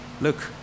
look